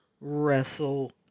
wrestle